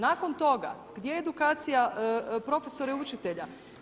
Nakon toga gdje je edukacija profesora i učitelja?